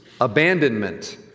abandonment